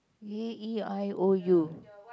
A E I O U